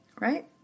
right